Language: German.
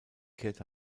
kehrt